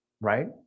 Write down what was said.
Right